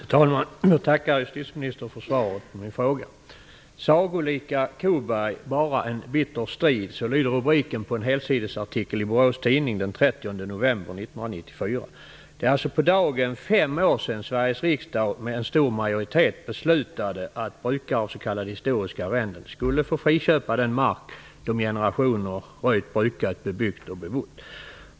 Fru talman! Jag tackar justitieministern för svaret på min fråga. "Sagolika Koberg - bara en bitter strid." Så lyder rubriken på en helsidesartikel i Borås Tidning den 30 Det är alltså på dagen fem år sedan Sveriges riksdag med en stor majoritet beslutade att brukare av s.k. historiska arrenden skulle få friköpa den mark de i generationer röjt, brukat, bebyggt och bebott.